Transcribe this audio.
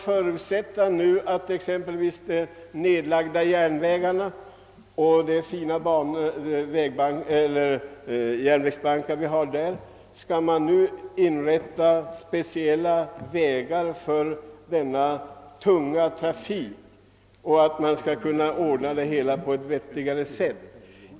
Hur skall man förfara med de nedlagda järnvägarna och de fina järnvägsbankar som vi har där? Skall man nu anlägga speciella vägar för den tunga trafiken och ordna transportfrågorna på ett vettigare sätt?